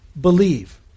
believe